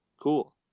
cool